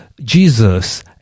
Jesus